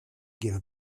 give